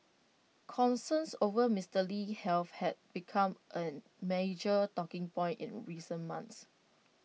concerns over Mister Lee's health had become A major talking point in recent months